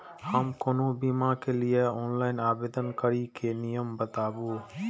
हम कोनो बीमा के लिए ऑनलाइन आवेदन करीके नियम बाताबू?